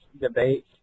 debate